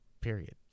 Period